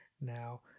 now